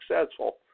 successful